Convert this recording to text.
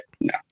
no